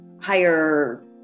Higher